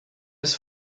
ist